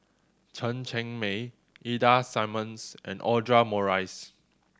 Chen Cheng Mei Ida Simmons and Audra Morrice